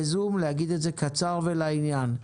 להגיד את זה קצר ולעניין.